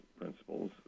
principles